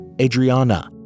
Adriana